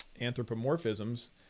anthropomorphisms